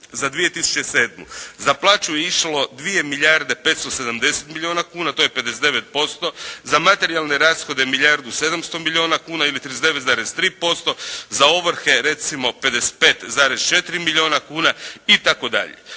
za plaću je išlo 2 milijarde 570 milijuna kuna, to je 59%, za materijalne rashode milijardu i 700 milijuna kuna ili 39,3%, za ovrhe, recimo 55,4 milijuna kuna itd.